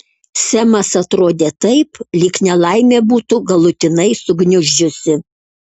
semas atrodė taip lyg nelaimė būtų galutinai sugniuždžiusi